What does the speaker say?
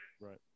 Right